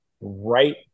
right